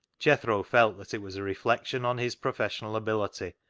jethro felt that it was a reflection on his professional ability,